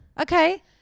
Okay